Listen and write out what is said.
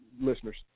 listeners